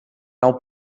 nau